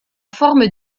forme